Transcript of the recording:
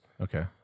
Okay